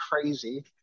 crazy